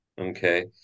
okay